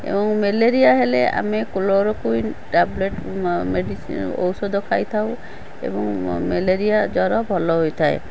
ଏବଂ ମ୍ୟାଲେରିଆ ହେଲେ ଆମେ କ୍ଲୋରୋକୁଇନ୍ ଟ୍ୟାବଲେଟ୍ ମ ମେଡ଼ିସିନ୍ ଔଷଧ ଖାଇଥାଉ ଏବଂ ମ୍ୟାଲେରିଆ ଜ୍ୱର ଭଲ ହୋଇଥାଏ